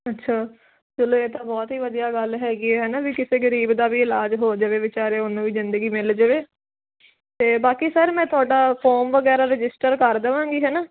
ਅੱਛਾ ਚਲੋ ਇਹ ਤਾਂ ਬਹੁਤ ਈ ਵਧੀਆ ਗੱਲ ਹੈਗੀ ਹੈਨਾ ਵੀ ਕਿਸੇ ਗਰੀਬ ਦਾ ਵੀ ਇਲਾਜ ਹੋ ਜਵੇ ਬੇਚਾਰੇ ਉਹਨੂੰ ਵੀ ਜਿੰਦਗੀ ਮਿਲ ਜਵੇ ਤੇ ਬਾਕੀ ਸਰ ਮੈਂ ਤੁਹਾਡਾ ਫੋਮ ਵਗੈਰਾ ਰਜਿਸਟਰ ਕਰ ਦਵਾਂਗੀ ਹੈਨਾ